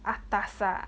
atas ah